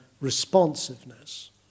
responsiveness